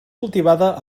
cultivada